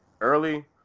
early